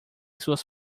suas